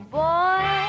boy